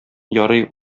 ярый